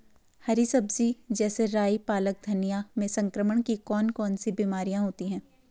हरी सब्जी जैसे राई पालक धनिया में संक्रमण की कौन कौन सी बीमारियां होती हैं?